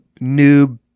noob